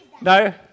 no